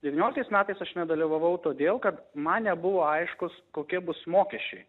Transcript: devynioliktais metais aš nedalyvavau todėl kad man nebuvo aiškūs kokie bus mokesčiai